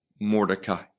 mordecai